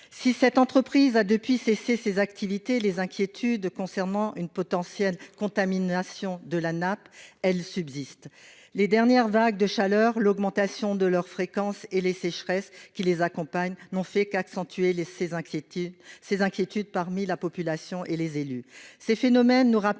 Si cette entreprise a cessé ses activités depuis cette époque, les inquiétudes concernant une potentielle contamination de la nappe, elles, subsistent. Les dernières vagues de chaleur, l'augmentation de la fréquence de ces dernières et les sécheresses qui les accompagnent n'ont fait qu'accentuer ces inquiétudes au sein de la population et parmi les élus. Ces phénomènes nous rappellent